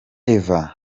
eva